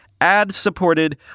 ad-supported